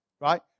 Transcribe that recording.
Right